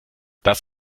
das